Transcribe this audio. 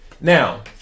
Now